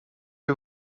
que